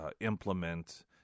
implement